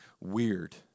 weird